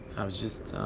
i was just,